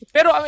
Pero